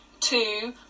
two